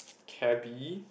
cabby